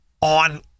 on